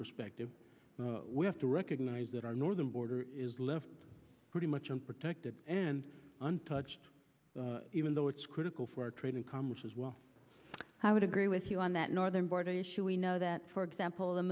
perspective we have to recognize that our northern border is left pretty much unprotected and untouched even though it's critical for trade and commerce as well i would agree with you on that northern border issue we know that for example the